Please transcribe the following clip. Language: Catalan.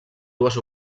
dues